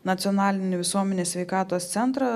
nacionalinį visuomenės sveikatos centrą